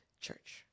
church